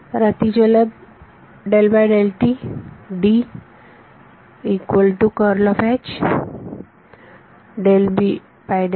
तर अति जलद